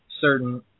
certain